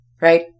right